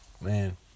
man